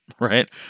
right